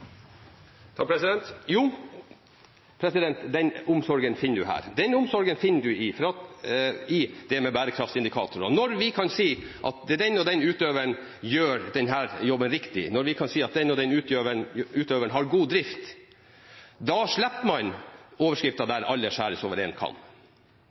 Jo, den omsorgen finner man her. Den omsorgen finner man i bærekraftsindikatorene. Når vi kan si at den og den utøveren gjør denne jobben riktig, og når vi kan si at den og den utøveren har god drift,